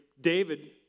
David